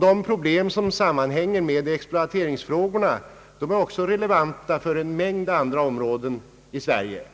De problem som sammanhänger med exploateringsfrågorna är också relevanta för en mängd andra områden i Sverige.